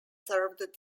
served